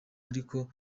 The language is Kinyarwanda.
ariko